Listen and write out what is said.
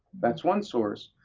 that's one source.